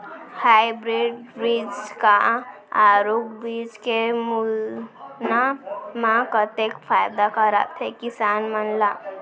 Hybrid बीज हा आरूग बीज के तुलना मा कतेक फायदा कराथे किसान मन ला?